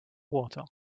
water